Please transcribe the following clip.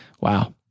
Wow